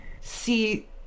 see